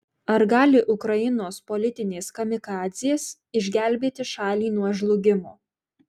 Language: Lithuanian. ar gali ukrainos politinės kamikadzės išgelbėti šalį nuo žlugimo